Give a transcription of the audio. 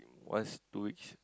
once in two weeks